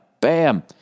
Bam